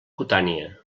cutània